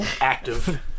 active